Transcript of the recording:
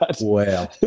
Wow